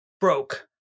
broke